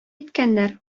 иткәннәр